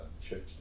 church